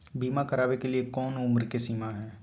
बीमा करावे के लिए कोनो उमर के सीमा है?